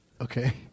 Okay